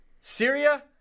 Syria